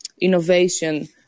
innovation